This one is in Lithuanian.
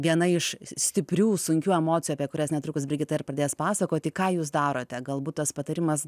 viena iš stiprių sunkių emocijų apie kurias netrukus brigita ir pradės pasakoti ką jūs darote galbūt tas patarimas